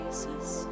Jesus